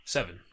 Seven